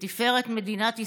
ולתפארת מדינת ישראל.